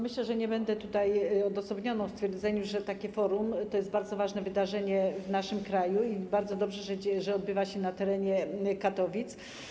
Myślę, że nie będę tutaj odosobniona w twierdzeniu, że to forum to jest bardzo ważne wydarzenie w naszym kraju i bardzo dobrze, że odbywa się na terenie Katowic.